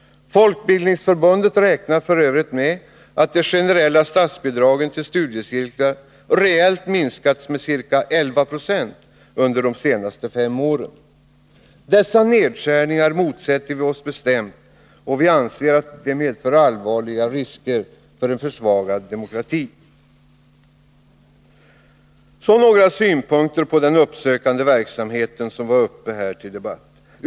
Folkbildningsförbundet räknar f.ö. med att de generella statsbidragen till studiecirklar reellt minskats med ca 11 26 under de senaste fem åren. Dessa nedskärningar motsätter vi oss bestämt, och vi anser att de medför allvarliga risker för en försvagad demokrati. Så några synpunkter på den uppsökande verksamheten, som ju har varit uppe till debatt.